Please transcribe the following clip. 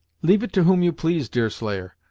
leave it to whom you please, deerslayer.